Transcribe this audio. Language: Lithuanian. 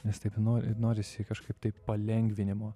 nes taip nori norisi kažkaip taip palengvinimo